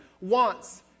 wants